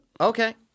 Okay